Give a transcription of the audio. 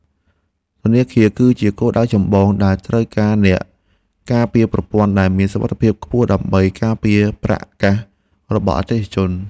ធនាគារ គឺជាគោលដៅចម្បងដែលត្រូវការអ្នកការពារប្រព័ន្ធដែលមានសមត្ថភាពខ្ពស់ដើម្បីការពារប្រាក់កាសរបស់អតិថិជន។